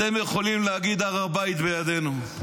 אתם יכולים להגיד הר הבית בידנו.